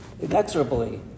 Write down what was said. inexorably